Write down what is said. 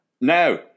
Now